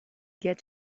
get